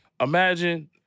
Imagine